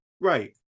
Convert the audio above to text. Right